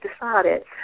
decided